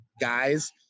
guys